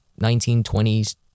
1920s